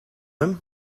him